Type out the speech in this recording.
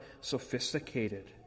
sophisticated